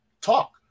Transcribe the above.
Talk